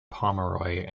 pomeroy